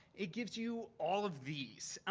it gives you all of these.